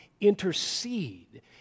intercede